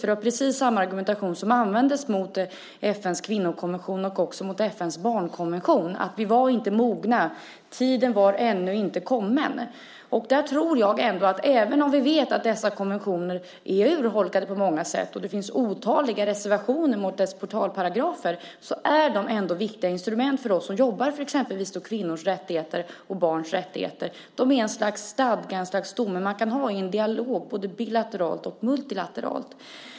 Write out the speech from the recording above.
Det var precis samma argumentation som användes mot FN:s kvinnokonvention och också mot FN:s barnkonvention - att vi inte var mogna, att tiden ännu inte var kommen. Även om vi vet att dessa konventioner på många sätt är urholkade - det finns otaliga reservationer mot deras portalparagrafer - är de viktiga instrument för oss som jobbar exempelvis för kvinnors och barns rättigheter. De är ett slags stadga, ett slags stomme, som man kan ha i en dialog både bilateralt och multilateralt.